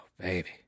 baby